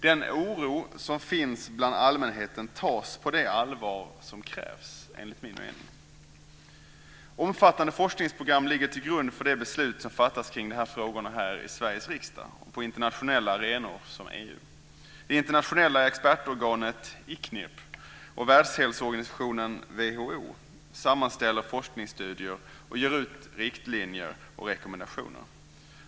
Den oro som finns bland allmänheten tas på det allvar som krävs, enligt min mening. Omfattande forskningsprogram ligger till grund för de beslut som fattas kring de här frågorna här i Sveriges riksdag och på internationella arenor som EU. Det internationella expertorganet ICNIRP och världshälsoorganisationen WHO sammanställer forskningsstudier och ger ut riktlinjer och rekommendationer.